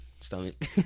stomach